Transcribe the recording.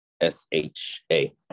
S-H-A